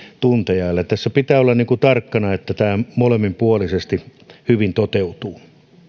tunteja eli tässä pitää olla tarkkana että tämä molemminpuolisesti toteutuu hyvin